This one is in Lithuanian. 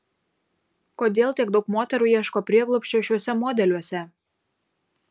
kodėl tiek daug moterų ieško prieglobsčio šiuose modeliuose